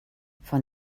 von